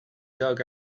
dug